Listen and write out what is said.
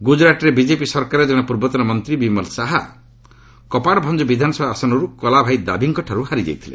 ଗୁକ୍କୁରାଟରେ BJP ସରକାରରେ ଜଣେ ପୂର୍ବତନ ମନ୍ତ୍ରୀ ବିମଲ ଶାହା କପାଡଭଞ୍ଜ ବିଧାନସଭା ଆସନରୁ କଳାଭାଇ ଦାଭିଙ୍କଠାରୁ ହାରିଯାଇଥିଲେ